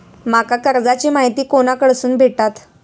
माका कर्जाची माहिती कोणाकडसून भेटात?